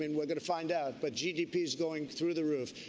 and we're going to find out. but gdp is going through the roof.